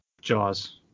Jaws